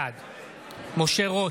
בעד משה רוט,